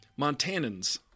montanans